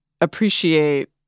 appreciate